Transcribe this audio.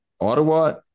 Ottawa